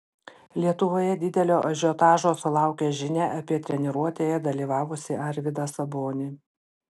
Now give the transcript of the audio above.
lietuvoje didelio ažiotažo sulaukė žinia apie treniruotėje dalyvavusį arvydą sabonį